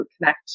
connect